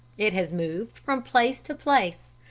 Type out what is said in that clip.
it has moved from place to place,